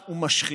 ולהתנגד,